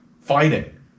fighting